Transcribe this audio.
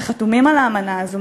שחתומים על האמנה הזאת,